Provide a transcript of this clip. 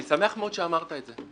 אני שמח מאוד שאמרת את זה,